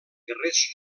guerrers